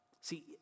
See